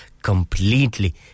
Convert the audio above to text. Completely